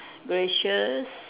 gracious